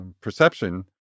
perception